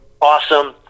awesome